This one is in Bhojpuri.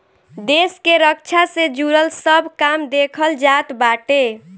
देस के रक्षा से जुड़ल सब काम देखल जात बाटे